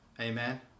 Amen